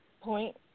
point